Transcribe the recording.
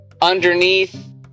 underneath